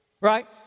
Right